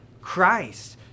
Christ